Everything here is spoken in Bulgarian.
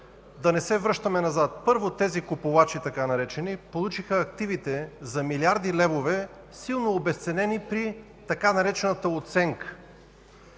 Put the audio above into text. Да не се връщаме назад. Първо, така наречените „купувачи” получиха активите за милиарди левове, силно обезценени при така наречената „оценка”.